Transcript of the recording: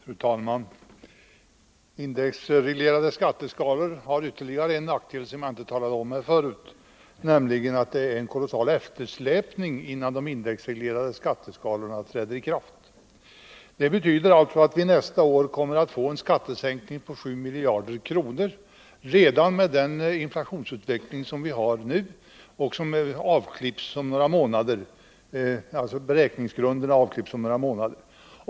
Fru talman! Indexreglerade skatteskalor har ytterligare en nackdel som jag inte nämnde förut, nämligen att det inträffar en kolossal eftersläpning innan de kan träda i kraft. Det betyder att vi nästa år kommer att få en skattesänkning på 7 miljarder kronor redan med den inflationsutveckling som vi har nu — beräkningen grundas på förhållandena fram till om några månader.